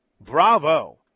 Bravo